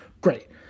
Great